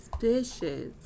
suspicious